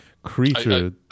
creature